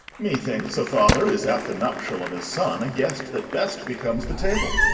methinks a father is, at the nuptial of his son, a guest that best becomes the table.